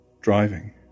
driving